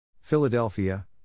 Philadelphia